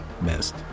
missed